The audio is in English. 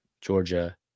Georgia